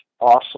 awesome